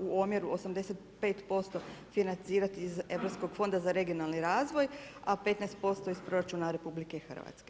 u omjeru 85% financirati iz europskog Fonda za regionalni razvoj, a 15% iz proračuna Republike Hrvatske.